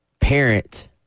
parent